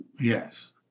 yes